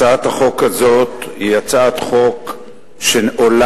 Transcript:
הצעת החוק הזאת היא הצעת חוק שעולה